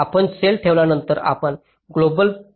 म्हणून आपण सेल ठेवल्यानंतर आपण ग्लोबल प्लेसमेंट्स करू शकता